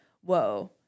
whoa